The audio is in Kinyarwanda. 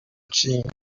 nshinga